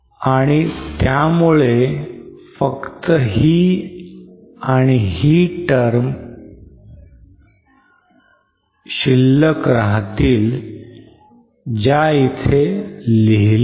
आणि त्यामुळे फक्त ही आणि ही term उरतील ज्या इथे लिहिल्या